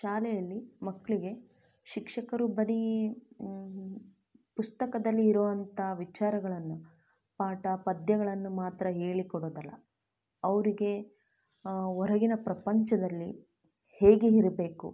ಶಾಲೆಯಲ್ಲಿ ಮಕ್ಕಳಿಗೆ ಶಿಕ್ಷಕರು ಬರೀ ಪುಸ್ತಕದಲ್ಲಿ ಇರೋಂಥ ವಿಚಾರಗಳನ್ನು ಪಾಠ ಪದ್ಯಗಳನ್ನು ಮಾತ್ರ ಹೇಳಿಕೊಡೋದಲ್ಲ ಅವ್ರಿಗೆ ಹೊರಗಿನ ಪ್ರಪಂಚದಲ್ಲಿ ಹೇಗೆ ಇರ್ಬೇಕು